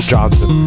Johnson